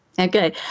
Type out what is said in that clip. Okay